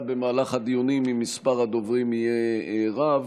במהלך הדיונים אם מספר הדוברים יהיה רב.